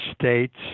states